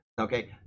Okay